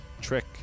trick